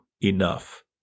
enough